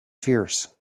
fierce